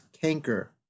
canker